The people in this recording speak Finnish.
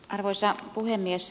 arvoisa puhemies